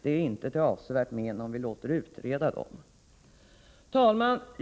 Det är inte till avsevärt men om vi låter utreda dem. Herr talman!